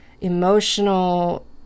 emotional